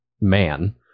man